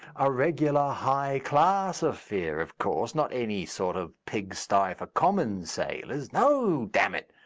a regular high-class affair, of course not any sort of pig-sty for common sailors. no! damn it!